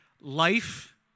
Life